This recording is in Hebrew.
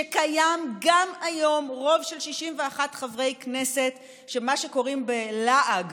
שקיים גם היום רוב של 61 חברי כנסת של מה שקוראים בלעג,